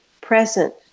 present